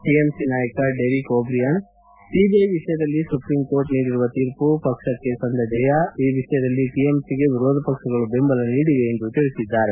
TMC ನಾಯಕ Derek O'Brien CBI ವಿಷಯದಲ್ಲಿ supreme court ನೀಡಿರುವ ತೀರ್ಮ ಪಕ್ಷಕ್ಕೆ ಸಂದ ಜಯ ಈ ವಿಷಯದಲ್ಲಿ ಟೆಎಂಸಿಗೆ ವಿರೋಧಪಕ್ಷಗಳು ಬೆಂಬಲ ನೀಡಿವೆ ಎಂದು ತಿಳಿಸಿದ್ದಾರೆ